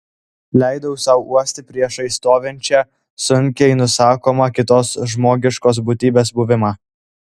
leidau sau uosti priešais stovinčią sunkiai nusakomą kitos žmogiškos būtybės buvimą